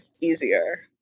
easier